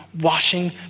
washing